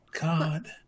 God